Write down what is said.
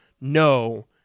no